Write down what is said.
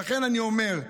לכן אני אומר: